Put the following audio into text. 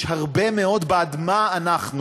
יש הרבה מאוד בעד מה אנחנו